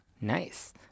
Nice